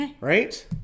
right